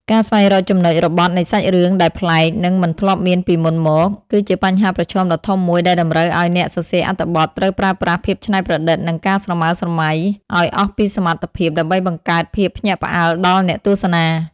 ការស្វែងរកចំណុចរបត់នៃសាច់រឿងដែលប្លែក និងមិនធ្លាប់មានពីមុនមក គឺជាបញ្ហាប្រឈមដ៏ធំមួយដែលតម្រូវឱ្យអ្នកសរសេរអត្ថបទត្រូវប្រើប្រាស់ភាពច្នៃប្រឌិត និងការស្រមើស្រមៃឱ្យអស់ពីសមត្ថភាពដើម្បីបង្កើតភាពភ្ញាក់ផ្អើលដល់អ្នកទស្សនា។